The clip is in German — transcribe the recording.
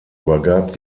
übergab